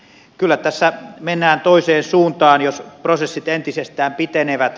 kyllä tässä mennään toiseen suuntaan jos prosessit entisestään pitenevät